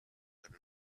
that